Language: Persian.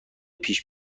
پیش